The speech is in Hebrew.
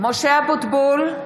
משה אבוטבול,